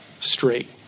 straight